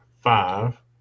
five